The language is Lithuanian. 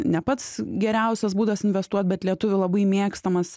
ne pats geriausias būdas investuot bet lietuvių labai mėgstamas